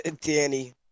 Danny